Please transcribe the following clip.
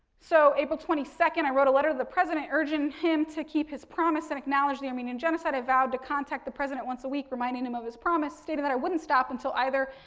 so, april twenty second, i wrote a letter to the president urging him to keep his promise and acknowledge the armenian genocide. i vowed to contact the president once a week, reminding him of his promise, stated that i wouldn't stop until either